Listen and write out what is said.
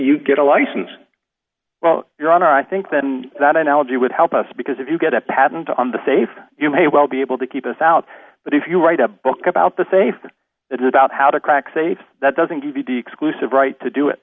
you get a license well your honor i think then that analogy would help us because if you get a patent on the safe you may well be able to keep us out but if you write a book about the safe it's about how to crack safe that doesn't give you the exclusive right to do it